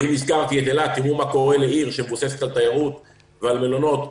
ואם הזכרתי את אילת תראו מה קורה לעיר שמבוססת על תיירות ועל מלונות,